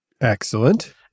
Excellent